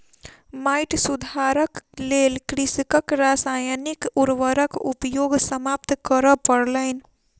माइट सुधारक लेल कृषकक रासायनिक उर्वरक उपयोग समाप्त करअ पड़लैन